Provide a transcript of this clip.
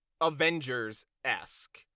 Avengers-esque